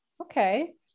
Okay